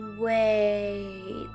Wait